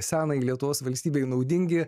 senai lietuvos valstybei naudingi